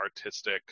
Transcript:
artistic